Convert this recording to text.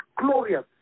glorious